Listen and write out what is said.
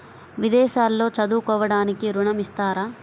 విదేశాల్లో చదువుకోవడానికి ఋణం ఇస్తారా?